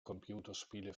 computerspiele